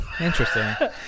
interesting